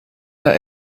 der